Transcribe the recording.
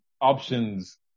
options